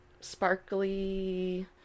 sparkly